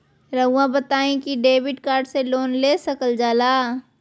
रहुआ बताइं कि डेबिट कार्ड से लोन ले सकल जाला?